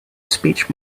speech